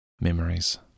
memories